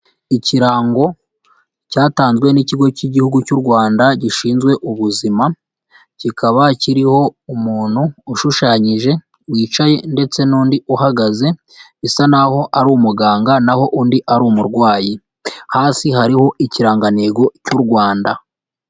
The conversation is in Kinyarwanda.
Ikirango cyatanzwe n'ikigo cy'igihugu cy'Urwanda gishinzwe ubuzima, kikaba kiriho umuntu ushushanyije wicaye ndetse n'undi uhagaze bisa naho ari umuganga naho undi ari umurwayi, hasi hariho ikirangantego cy'Urwanda.